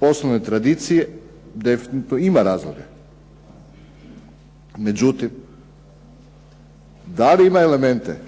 poslovne tradicije, definitivno ima razloga. Međutim, da li ima elemente